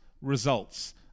results